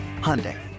Hyundai